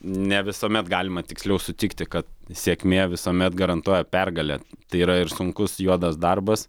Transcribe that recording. ne visuomet galima tiksliau sutikti kad sėkmė visuomet garantuoja pergalę tai yra ir sunkus juodas darbas